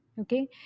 okay